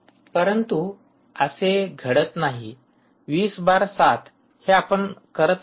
परंतु असे घडत नाही 20 बार 7 आपण हे करतच नाही